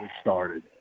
started